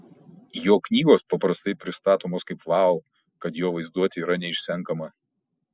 jo knygos paprastai pristatomos kaip vau kad jo vaizduotė yra neišsenkama